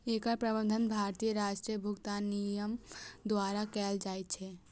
एकर प्रबंधन भारतीय राष्ट्रीय भुगतान निगम द्वारा कैल जाइ छै